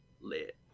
lit